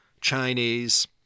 Chinese